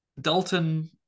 Dalton